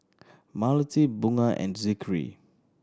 Melati Bunga and Zikri